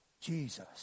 Jesus